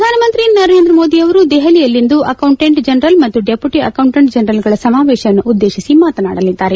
ಪ್ರಧಾನಮಂತ್ರಿ ನರೇಂದ್ರ ಮೋದಿ ಅವರು ದೆಹಲಿಯಲ್ಲಿಂದು ಅಕೌಂಟೆಂಟ್ ಜನರಲ್ ಮತ್ತು ಡೆಪ್ಲೂಟಿ ಅಕೌಂಟೆಂಟ್ ಜನರಲ್ಗಳ ಸಮಾವೇಶವನ್ನುದ್ದೇಶಿಸಿ ಮಾತನಾಡಲಿದ್ದಾರೆ